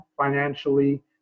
financially